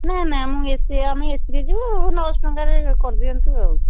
ନା ନା ଆମେ ଏ ସି ଆମେ ଏସିରେ ଯିବୁ ନଅ ଶହ ଟଙ୍କାରେ କରିଦିଅନ୍ତୁ ଆଉ